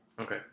Okay